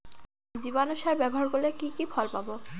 জীবাণু সার ব্যাবহার করলে কি কি ফল পাবো?